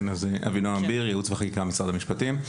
אבינועם ביר, ייעוץ וחקיקה, משרד המשפטים.